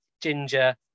ginger